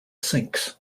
sinks